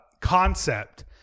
concept